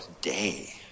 day